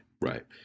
right